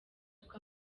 kuko